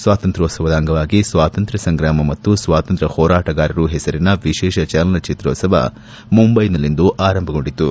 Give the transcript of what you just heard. ಸ್ವಾತಂತ್ರ್ಯೋತ್ಸವದ ಅಂಗವಾಗಿ ಸ್ವಾತಂತ್ರ್ಯ ಸಂಗ್ರಾಮ ಮತ್ತು ಸ್ವಾತಂತ್ರ್ಯ ಹೋರಾಟಗಾರರು ಹೆಸರಿನ ವಿಶೇಷ ಚಲನಚಿತ್ರೋತ್ಲವ ಮುಂಬೈನಲ್ಲಿಂದು ಆರಂಭಗೊಂಡಿತು